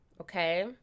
okay